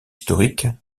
historique